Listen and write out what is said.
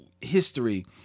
history